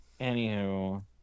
Anywho